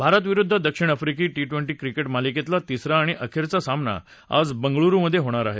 भारत विरुद्ध दक्षिण Africa T twenty cricket मालिकेतला तिसरा आणि अखेरचा सामना आज बेंगळुरुमधे होणार आहे